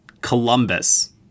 Columbus